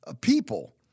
people